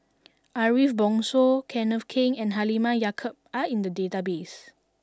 Ariff Bongso Kenneth Keng and Halimah Yacob are in the database